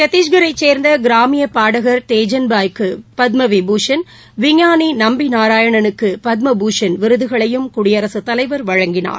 சத்தீஸ்கரைசேர்ந்தகிராமியப் பாடக் க்குபத்மவிபூஷண் விஞ்ஞானிநம்பிநாராயணனுக்குபத்ம பூஷண் விருதுகளையும் குடியரசுத்தலைவர் வழங்கினார்